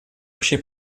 общей